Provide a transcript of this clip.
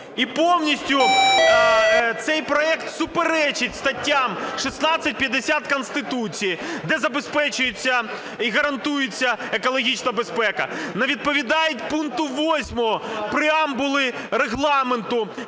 і повністю цей проект суперечить статтям 16, 50 Конституції, де забезпечується і гарантується екологічна безпека. Не відповідають пункту 8 преамбули Регламенту